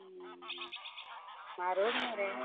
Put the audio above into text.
म्हारग मरे